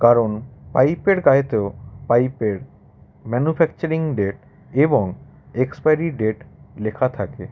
কারণ পাইপের গায়ে তো পাইপের ম্যানুফ্যাকচারিং ডেট এবং এক্সপাইরি ডেট লেখা থাকে